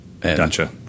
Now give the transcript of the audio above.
Gotcha